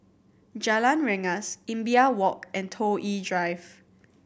Jalan Rengas Imbiah Walk and Toh Yi Drive